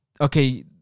okay